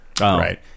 Right